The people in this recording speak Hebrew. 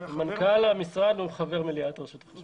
מנכ"ל המשרד הוא חבר מליאת רשות החשמל.